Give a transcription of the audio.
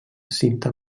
cinta